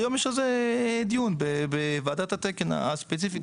היום יש על זה דיון בוועדת התקן הספציפית.